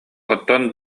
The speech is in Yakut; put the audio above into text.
оттон